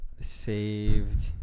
Saved